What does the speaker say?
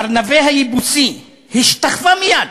ארוונה היבוסי השתחווה מייד,